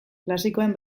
klasikoen